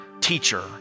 teacher